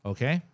Okay